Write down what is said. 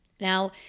Now